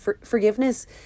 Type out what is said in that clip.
forgiveness